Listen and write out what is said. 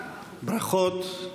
אני צחי הנגבי, מתחייב אני ברכות.